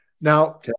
now